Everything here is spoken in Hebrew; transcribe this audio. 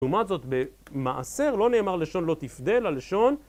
לעומת זאת במעשר לא נאמר לשון לא תפדה אלא לשון